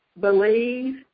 Believe